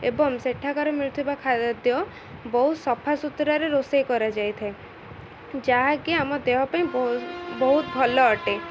ଏବଂ ସେଠାକାର ମିଳୁଥିବା ଖାଦ୍ୟ ବହୁତ ସଫାସୁୁତୁରାରେ ରୋଷେଇ କରାଯାଇଥାଏ ଯାହାକି ଆମ ଦେହ ପାଇଁ ବହୁତ ବହୁତ ଭଲ ଅଟେ